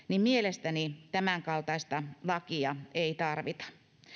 mielestäni tämänkaltaista lakia ei tarvita